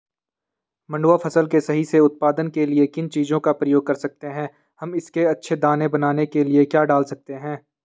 मंडुवा फसल के सही से उत्पादन के लिए किन चीज़ों का प्रयोग कर सकते हैं हम इसके अच्छे दाने बनाने के लिए क्या डाल सकते हैं?